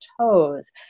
toes